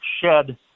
shed